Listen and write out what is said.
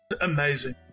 Amazing